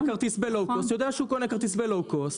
כרטיס ב-לאו קוסט יודע שהוא קונה כרטיס ב-לאו קוסט.